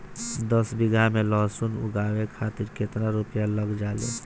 दस बीघा में लहसुन उगावे खातिर केतना रुपया लग जाले?